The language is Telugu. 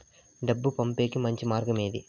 డబ్బు పంపేకి మంచి మార్గం ఏమి